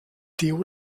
deo